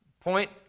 Point